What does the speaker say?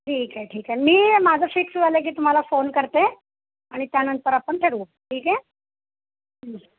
ठीक आहे ठीक आहे मी माझं फिक्स झालं की तुम्हाला फोन करते आणि त्यानंतर आपण ठरवू ठीक आहे